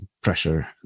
pressure